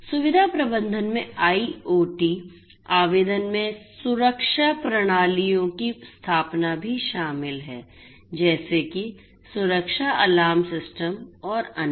सुविधा प्रबंधन में आईओटी आवेदन में सुरक्षा प्रणालियों की स्थापना भी शामिल है जैसे कि सुरक्षा अलार्म सिस्टम और अन्य